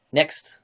Next